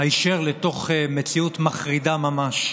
היישר לתוך מציאות מחרידה ממש,